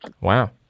Wow